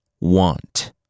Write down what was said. want